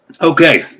Okay